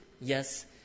yes